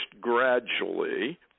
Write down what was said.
gradually